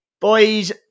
Boys